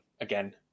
again